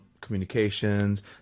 communications